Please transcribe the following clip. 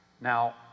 Now